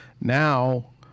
now